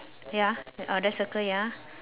ya I'll just circle ya